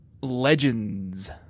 Legends